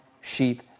sheep